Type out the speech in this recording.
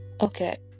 okay